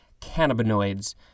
cannabinoids